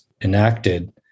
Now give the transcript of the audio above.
enacted